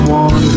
one